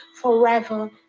forever